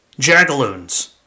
jagaloons